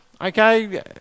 okay